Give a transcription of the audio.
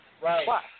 Right